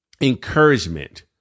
encouragement